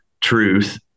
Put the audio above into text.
truth